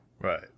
Right